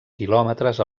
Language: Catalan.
quilòmetres